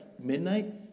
midnight